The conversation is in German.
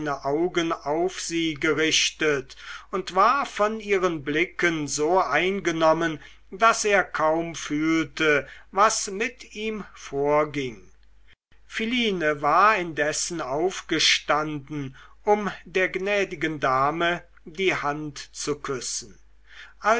augen auf sie gerichtet und war von ihren blicken so eingenommen daß er kaum fühlte was mit ihm vorging philine war indessen aufgestanden um der gnädigen dame die hand zu küssen